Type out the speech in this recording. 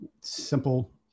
simple